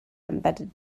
embedded